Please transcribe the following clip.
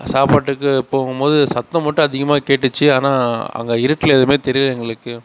சாப்பாட்டுக்கு போகும்போது சத்தம் மட்டும் அதிகமாக கேட்டுச்சு ஆனால் அங்கே இருட்டில் எதுவுமே தெரியல எங்களுக்கு